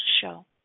show